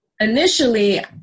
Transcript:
initially